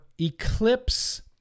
eclipse